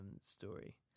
story